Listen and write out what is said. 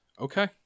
Okay